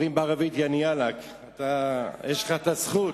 אומרים בערבית "יא ניאלכ" יש לך הזכות.